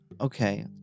okay